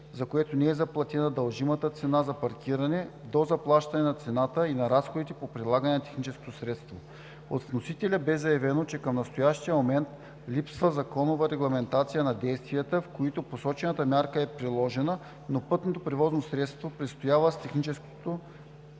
за което не е заплатена дължимата цена за паркиране до заплащане на цената и на разходите по прилагане на техническото средство. От вносителя бе заявено, че към настоящия момент липсва законова регламентация на действията, в които посочената мярка е приложена, но пътното превозно средство престоява с техническото